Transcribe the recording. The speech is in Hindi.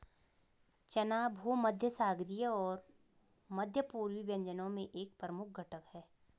चना भूमध्यसागरीय और मध्य पूर्वी व्यंजनों में एक प्रमुख घटक है